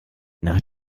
nach